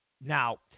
Now